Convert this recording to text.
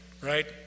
right